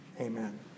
Amen